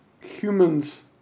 humans